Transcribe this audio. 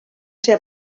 ser